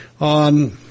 on